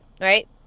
right